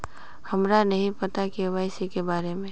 हमरा नहीं पता के.वाई.सी के बारे में?